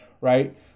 right